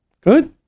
Good